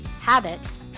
habits